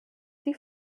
die